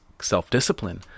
self-discipline